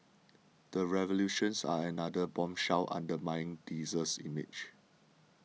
the revelations are another bombshell undermining diesel's image